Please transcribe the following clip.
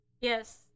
Yes